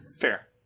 Fair